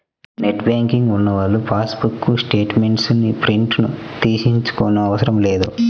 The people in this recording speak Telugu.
నెట్ బ్యాంకింగ్ ఉన్నవాళ్ళు పాస్ బుక్ స్టేట్ మెంట్స్ ని ప్రింట్ తీయించుకోనవసరం లేదు